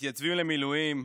מתייצבים למילואים,